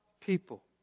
people